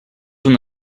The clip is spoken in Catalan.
una